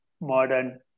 modern